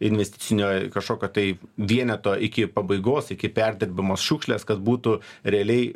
investicinio kažkokio tai vieneto iki pabaigos iki perdirbamos šiukšlės kad būtų realiai